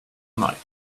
night